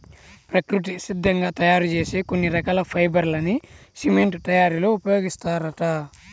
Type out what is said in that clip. ప్రకృతి సిద్ధంగా తయ్యారు చేసే కొన్ని రకాల ఫైబర్ లని సిమెంట్ తయ్యారీలో ఉపయోగిత్తారంట